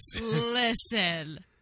Listen